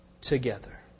together